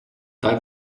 that